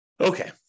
Okay